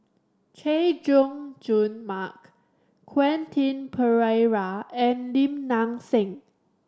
Chay Jung Jun Mark Quentin Pereira and Lim Nang Seng